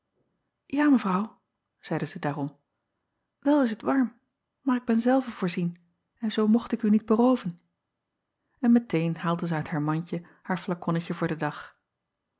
a evrouw zeide zij daarom wel is t warm maar ik ben zelve voorzien en zoo mocht ik u niet berooven n meteen haalde zij uit haar mandje haar flakonnetje voor den dag